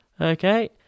Okay